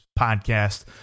podcast